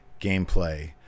gameplay